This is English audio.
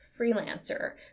freelancer